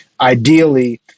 Ideally